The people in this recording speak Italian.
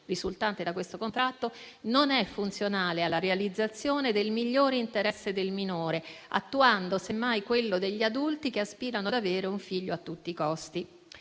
risultante da questo contratto non è funzionale alla realizzazione del migliore interesse del minore, attuando semmai quello degli adulti che aspirano ad avere un figlio a tutti i costi.».